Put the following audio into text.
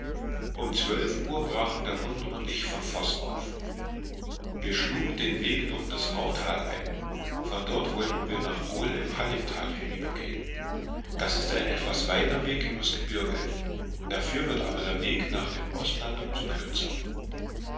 um zwölf uhr brachen der hund und ich von voß auf wir schlugen den weg durch das rauntal ein von dort wollten wir nach gol im hallingtal hinübergehen das ist ein etwas weiter weg übers gebirge dafür wird aber der weg nach dem ostland um so kürzer